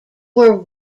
were